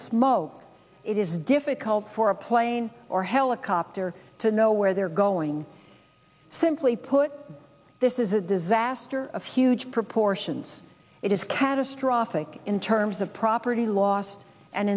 smoke it is difficult for a plane or helicopter to know where they're going simply put this is a disaster of huge proportions it is catastrophic in terms of property loss and